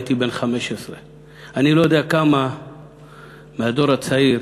הייתי בן 15. אני לא יודע כמה מהדור הצעיר